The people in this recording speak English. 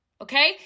Okay